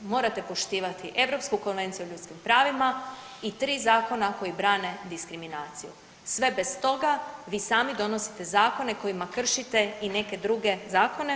Morate poštivati Europsku konvenciju o ljudskim pravima i tri zakona koji brane diskriminaciju, sve bez toga vi sami donosite zakone kojima kršite i neke druge zakona.